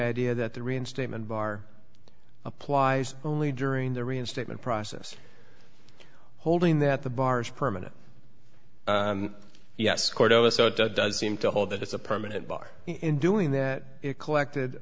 idea that the reinstatement bar applies only during the reinstatement process holding that the bar is permanent yes cordova so it does seem to hold that it's a permanent bar in doing that it collected